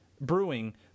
brewing